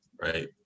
right